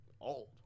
old